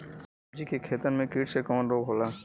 सब्जी के खेतन में कीट से कवन रोग होला?